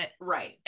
right